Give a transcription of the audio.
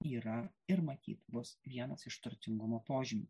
yra ir matyt bus vienas iš turtingumo požymių